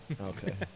Okay